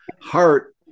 heart